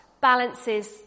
balances